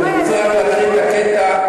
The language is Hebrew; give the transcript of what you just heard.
אני רוצה רק להקריא את הקטע,